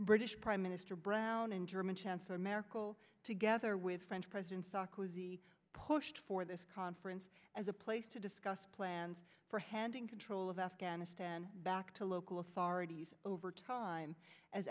british prime minister brown and german chancellor merkel together with french president sarkozy pushed for this conference as a place to discuss plans for handing control of afghanistan back to local authorities over time as